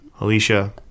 Alicia